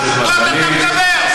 חבר הכנסת מרגלית, על עמותות אתה מדבר?